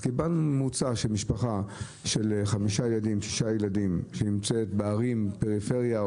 אז קיבלנו ממוצע של משפחה עם חמישה-שישה ילדים שנמצאת בערי הפריפריה,